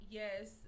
yes